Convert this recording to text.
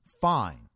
fine